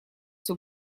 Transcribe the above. все